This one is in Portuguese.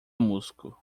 musgo